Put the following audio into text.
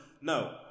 No